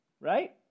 Right